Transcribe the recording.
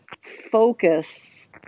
focus